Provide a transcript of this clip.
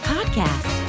Podcast